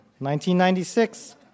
1996